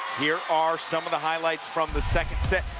here are some of the highlights from the second set.